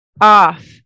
off